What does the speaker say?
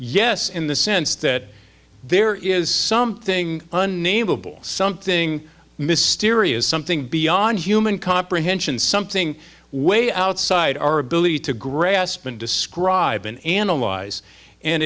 yes in the sense that there is something unnameable something mysterious something beyond human comprehension something way outside our ability to grasp and describe an analyze and